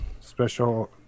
special